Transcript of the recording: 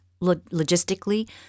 logistically